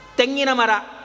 Tenginamara